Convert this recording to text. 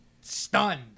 stunned